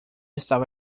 estava